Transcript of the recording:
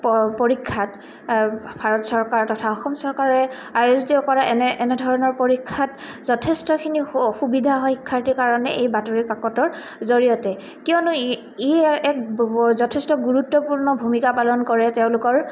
প পৰীক্ষাত ভাৰত চৰকাৰ তথা অসম চৰকাৰে আই এছ ডি অ' কৰা এনে এনেধৰণৰ পৰীক্ষাত যথেষ্টখিনি সু সুবিধা হয় শিক্ষাৰ্থীৰ কাৰণে এই বাতৰিকাকতৰ জৰিয়তে কিয়নো ই ই এক যথেষ্ট গুৰুত্বপূৰ্ণ ভূমিকা পালন কৰে তেওঁলোকৰ